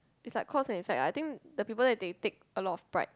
it's like cause and effect ah I think the people there they take a lot of pride